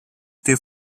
they